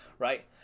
Right